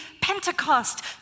Pentecost